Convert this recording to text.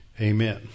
amen